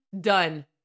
Done